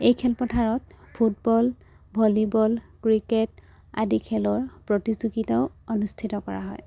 এই খেলপথাৰত football volleyball cricket আদি খেলৰ প্ৰতিযোগিতাও অনুষ্ঠিত কৰা হয়